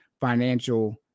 financial